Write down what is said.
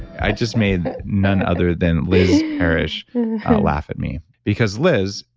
i just made none-other-than liz parrish laugh at me. because liz,